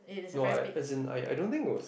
no I as in I I don't think was